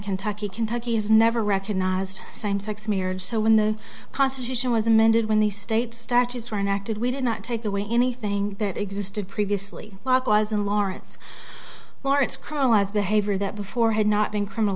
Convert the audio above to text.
kentucky kentucky has never recognized same sex marriage so when the constitution was amended when the state statutes were and acted we did not take away anything that existed previously locke was in lawrence lawrence crowell as behavior that before had not been criminal